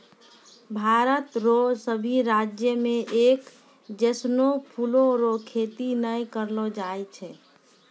भारत रो सभी राज्य मे एक जैसनो फूलो रो खेती नै करलो जाय छै